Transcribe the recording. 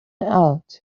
out